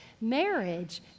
marriage